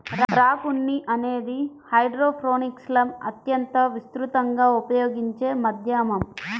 rock ఉన్ని అనేది హైడ్రోపోనిక్స్లో అత్యంత విస్తృతంగా ఉపయోగించే మాధ్యమం